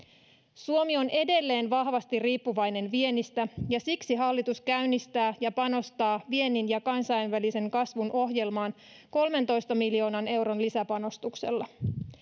suomi on edelleen vahvasti riippuvainen viennistä ja siksi hallitus käynnistää viennin ja kansainvälisen kasvun ohjelman ja panostaa siihen kolmentoista miljoonan euron lisäpanostuksella